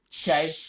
Okay